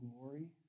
glory